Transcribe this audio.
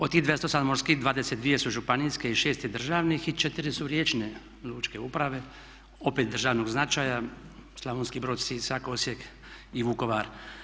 Od tih 28 morskih 22 su županijske i 6 je državnih i 4 su riječne lučke uprave, opet državnog značaja Slavonski Brod, Sisak, Osijek i Vukovar.